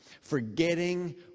Forgetting